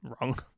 wrong